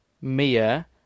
Mia